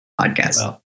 Podcast